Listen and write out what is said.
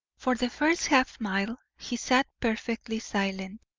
for the first half-mile he sat perfectly silent.